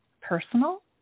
personal